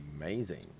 Amazing